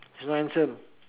so handsome